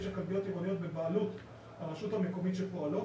כלביות עירוניות בבעלות הרשות המקומית שפועלות,